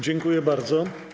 Dziękuję bardzo.